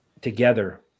together